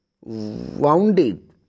wounded